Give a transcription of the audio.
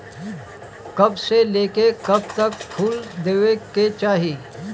कब से लेके कब तक फुल देवे के चाही?